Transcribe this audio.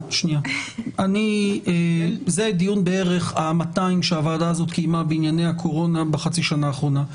זה דיון בערך ה-200 שהוועדה קיימה בענייני הקורונה בחצי השנה האחרונה.